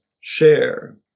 share